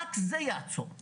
רק זה יעצור.